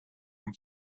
from